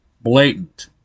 blatant